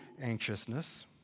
anxiousness